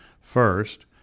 first